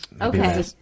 Okay